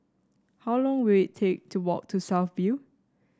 how long will it take to walk to South View